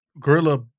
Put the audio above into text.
gorilla